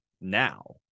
now